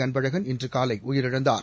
Anbazhagan இன்றுகாலைஉயிரிழந்தார்